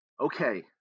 okay